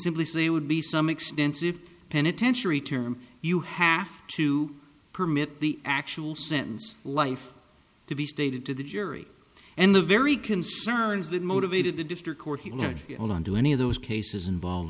simply say would be some extensive penitentiary term you half to permit the actual sentence life to be stated to the jury and the very concerns that motivated the district court he will do any of those cases involve